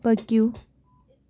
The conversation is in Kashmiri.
پٔکِو